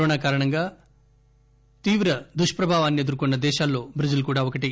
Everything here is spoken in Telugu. కరోనా కారణంగా తీవ్ర దుష్పవాన్ని ఎదుర్కొన్న దేశాల్లో బ్రెజిల్ కూడా ఒకటి